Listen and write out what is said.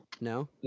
No